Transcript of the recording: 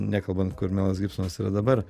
nekalbant kur melas gibsonas yra dabar